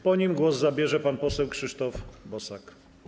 Po nim głos zabierze pan poseł Krzysztof Bosak.